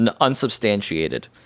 unsubstantiated